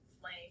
flame